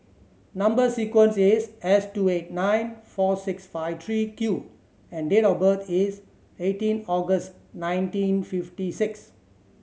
number sequence is S two eight nine four six five three Q and date of birth is eighteen August nineteen fifty six